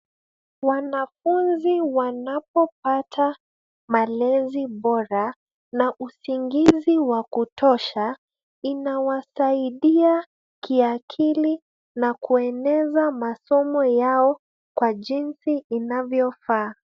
Wanafunzi wanapopata malezi bora, na usingizi wa kutosha, inawasaidia kiakili na kueneza masomo yao kwa jinsi inavyofaa.